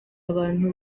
abantu